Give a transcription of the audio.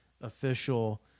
official